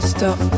Stop